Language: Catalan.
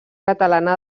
catalana